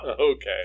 Okay